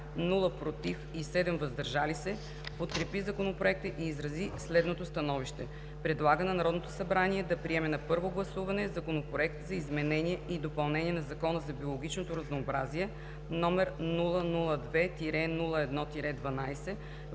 „против“ и 7 гласа „въздържал се“ подкрепи Законопроекта и изрази следното становище: предлага на Народното събрание да приеме на първо гласуване Законопроект за изменение и допълнение на Закона за биологичното разнообразие, № 002-01-12,